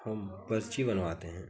हम पर्ची बनवाते हैं